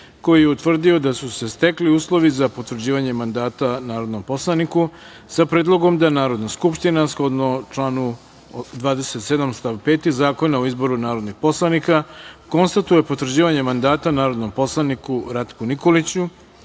koji je utvrdio da su se stekli uslovi za potvrđivanje mandata narodnom poslaniku, sa predlogom da Narodna skupština, shodno članu 27. stav 5. Zakona o izboru narodnih poslanika, konstatuje potvrđivanje mandata narodnom poslaniku Ratku Nikoliću,